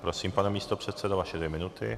Prosím, pane místopředsedo, vaše dvě minuty.